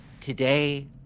Today